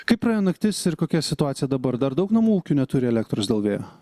kaip praėjo naktis ir kokia situacija dabar dar daug namų ūkių neturi elektros dėl vėjo